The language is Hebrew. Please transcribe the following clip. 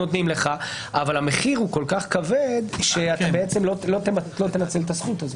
נותנים לך אבל המחיר הוא כל כך כבד שאתה לא תנצל את הזכות הזאת.